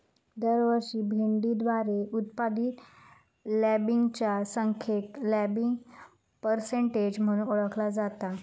दरवर्षी भेंडीद्वारे उत्पादित लँबिंगच्या संख्येक लँबिंग पर्सेंटेज म्हणून ओळखला जाता